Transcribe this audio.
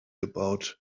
about